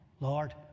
Lord